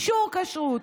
אישור כשרות,